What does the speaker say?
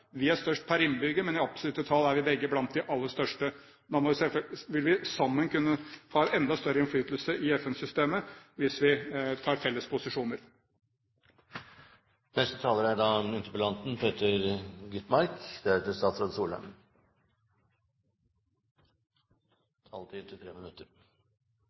Vi er størst per innbygger, men i absolutte tall er vi begge blant de aller største. Selvfølgelig vil vi sammen kunne ha enda større innflytelse i FN-systemet hvis vi tar felles posisjoner. Jeg vil takke statsråden for et konstruktivt svar. Et par ting til